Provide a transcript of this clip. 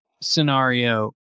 scenario